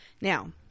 Now